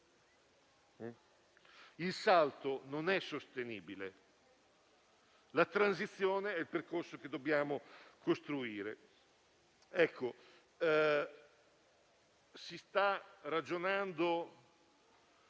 il salto non è sostenibile. La transizione è il percorso che dobbiamo costruire.